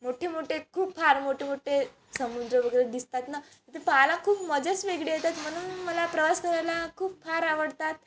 मोठे मोठे खूप फार मोठे मोठे समुद्र वगैरे दिसतात ना तर ते पाहायला खूप मजाच वेगळे येतात म्हणून मला प्रवास करायला खूप फार आवडतात